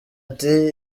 ati